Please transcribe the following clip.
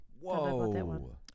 Whoa